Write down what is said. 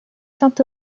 saint